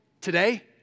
today